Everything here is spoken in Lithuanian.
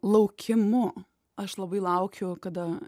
laukimu aš labai laukiu kada